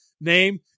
name